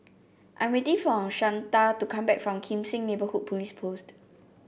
I'm waiting for Shanta to come back from Kim Seng Neighbourhood Police Post